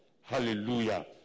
Hallelujah